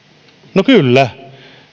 no kyllä